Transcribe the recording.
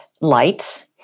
lights